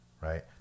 Right